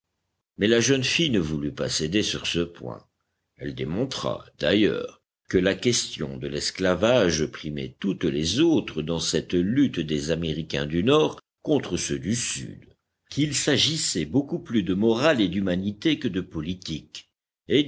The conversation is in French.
mais la jeune fille ne voulut pas céder sur ce point elle démontra d'ailleurs que la question de l'esclavage primait toutes les autres dans cette lutte des américains du nord contre ceux du sud qu'il s'agissait beaucoup plus de morale et d'humanité que de politique